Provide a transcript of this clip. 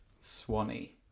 Swanee